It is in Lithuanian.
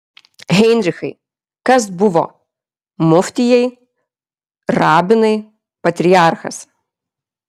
heinrichai kas buvo muftijai rabinai patriarchas